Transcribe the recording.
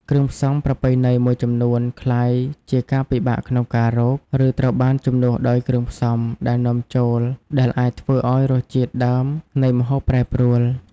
គ្រឿងផ្សំប្រពៃណីមួយចំនួន ក្លាយជាការពិបាកក្នុងការរក ឬត្រូវបានជំនួសដោយគ្រឿងផ្សំដែលនាំចូល ដែលអាចធ្វើឱ្យរសជាតិដើមនៃម្ហូបប្រែប្រួល។